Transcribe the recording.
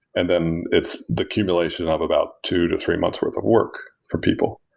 and then it's the accumulation of about two to three months worth of work for people.